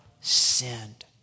sinned